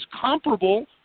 comparable